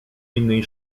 innej